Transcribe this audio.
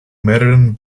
mehreren